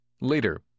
Later